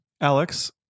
Alex